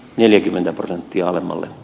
neljäkymmentä prosenttia alemmalle